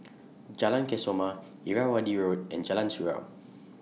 Jalan Kesoma Irrawaddy Road and Jalan Surau